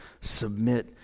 submit